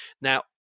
Now